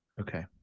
Okay